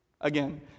Again